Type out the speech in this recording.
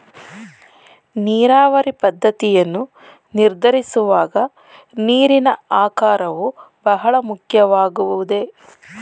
ನೀರಾವರಿ ಪದ್ದತಿಯನ್ನು ನಿರ್ಧರಿಸುವಾಗ ನೀರಿನ ಆಕಾರವು ಬಹಳ ಮುಖ್ಯವಾಗುವುದೇ?